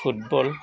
football